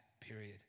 period